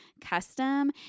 custom